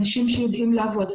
אנשים שיודעים לעבוד,